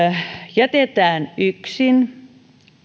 jätetään yksin